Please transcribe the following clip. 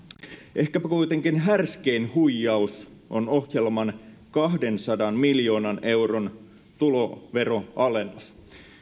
ehkäpä kuitenkin härskein huijaus on ohjelman kahdensadan miljoonan euron tuloveron alennus